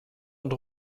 und